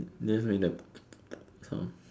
then when the sound